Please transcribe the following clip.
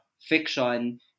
fiction